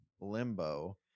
Limbo